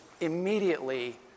immediately